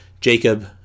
Jacob